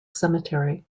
cemetery